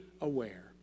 aware